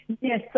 Yes